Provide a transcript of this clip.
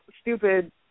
stupid